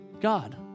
God